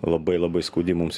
labai labai skaudi mums